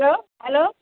hello hello